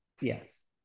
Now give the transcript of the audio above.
Yes